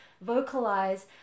vocalize